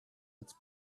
its